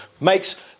makes